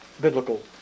biblical